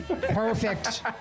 perfect